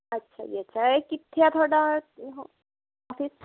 ਅੱਛਾ ਜੀ ਅੱਛਾ ਇਹ ਕਿੱਥੇ ਹੈ ਤੁਹਾਡਾ ਉਹ ਓਫਿਸ